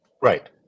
Right